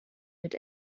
mit